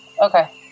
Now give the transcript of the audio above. Okay